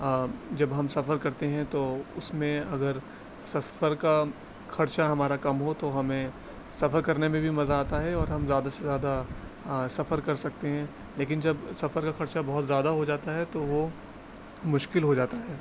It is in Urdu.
جب ہم سفر کرتے ہیں تو اس میں اگر سفر کا خرچہ ہمارا کم ہو تو ہمیں سفر کرنے میں بھی مزہ آتا ہے اور ہم زیادہ سے زیادہ سفر کر سکتے ہیں لیکن جب سفر کا خرچہ بہت زیادہ ہو جاتا ہے تو وہ مشکل ہو جاتا ہے